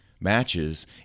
matches